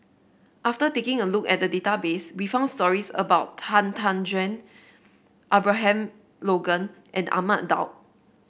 after taking a look at the database we found stories about Han Tan Juan Abraham Logan and Ahmad Daud